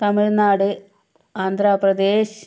Tamil Nadu Andhra Pradesh